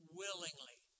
willingly